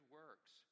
works